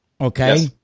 Okay